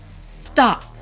Stop